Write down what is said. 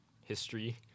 history